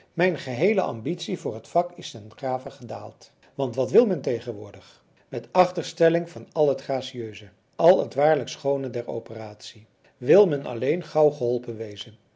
mijn geheele ambitie voor het vak is ten grave gedaald want wat wil men tegenwoordig met achterstelling van al het gracieuse al het waarlijk schoone der operatie wil men alleen gauw geholpen wezen